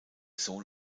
sohn